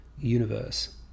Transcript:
universe